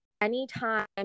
anytime